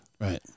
Right